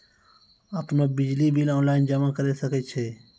आपनौ बिजली bill online जमा करै सकै छौ?